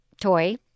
toy